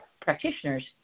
practitioners